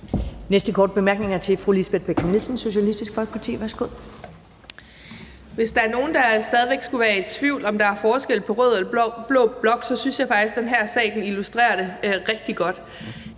næste korte bemærkning er til fru Lisbeth Bech-Nielsen, Socialistisk Folkeparti. Værsgo. Kl. 10:30 Lisbeth Bech-Nielsen (SF): Hvis der er nogle, der stadig skulle være i tvivl, om der er forskel på rød og blå blok, synes jeg faktisk, at den her sag illustrerer det rigtig godt.